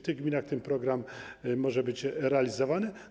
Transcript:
W tych gminach ten program może być realizowany.